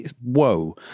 Whoa